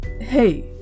Hey